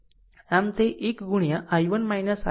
આમ તે 1 i1 i2 છે